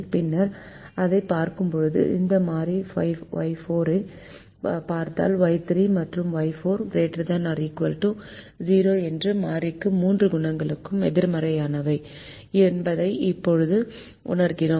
பின்னர் இதைப் பார்க்கும்போது இந்த மாறி Y4 ஐப் பார்த்தால் Y3 மற்றும் Y4 ≥ 0 என்ற மாறிக்கு 3 குணகங்களும் எதிர்மறையானவை என்பதை இப்போது உணர்ந்தோம்